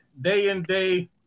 day-in-day